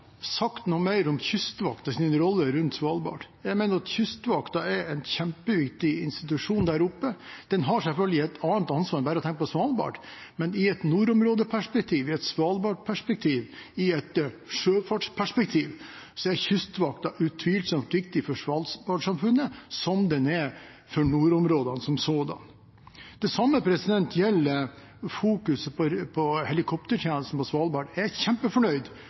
sagt noe mer om Kystvaktens rolle rundt Svalbard. Jeg mener at Kystvakten er en kjempeviktig institusjon der oppe. Den har selvfølgelig et annet ansvar enn bare å tenke på Svalbard, men i et nordområdeperspektiv, i et Svalbard-perspektiv, i et sjøfartsperspektiv er Kystvakten utvilsomt viktig for Svalbard-samfunnet, som den er for nordområdene som sådanne. Det samme gjelder fokuset på helikoptertjenesten på Svalbard. Jeg er kjempefornøyd